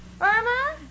Irma